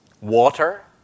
Water